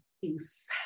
Peace